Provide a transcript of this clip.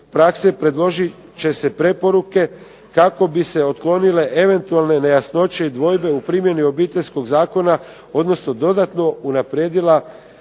prakse, predložit će se preporuke kako bi se otklonile eventualne nejasnoće i dvojbe u primjeni Obiteljskog zakona, odnosno dodatno unaprijedila